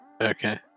Okay